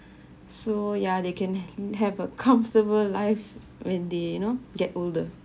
so ya they can have a comfortable life when they you know get older